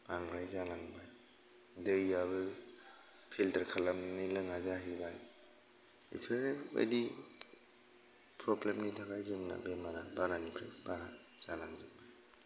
बांद्राय जालांबाय दैआबो फिल्टार खालामनानै लोंआ जाहैबाय बेफोरबायदि प्रब्लेमनि थाखाय जोंना बेमारा बारानिफ्राय जालां जोबबाय